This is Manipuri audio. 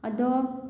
ꯑꯗꯣ